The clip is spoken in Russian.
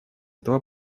этого